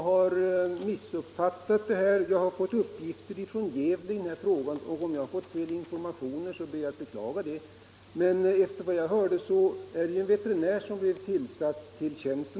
Herr talman! Jag har fått uppgifter från Gävle i denna fråga, och om jag har fått fel informationer ber jag att få beklaga det. Efter vad jag hörde blev en veterinär tillsatt på denna tjänst.